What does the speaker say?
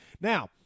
Now